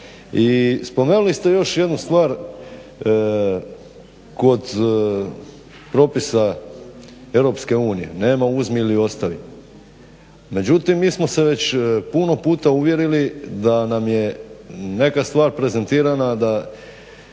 I spomenuli ste još jednu stvar, kod propisa EU nema uzmi ili ostavi. Međutim mi smo se već puno puta uvjerili da nam je neka stvar prezentirana da